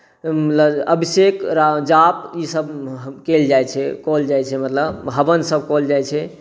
अभिषेक जाप ईसभ कयल जाइत छै मतलब हवनसभ कयल जाइत छै